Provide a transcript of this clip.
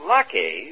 Lucky